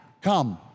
Come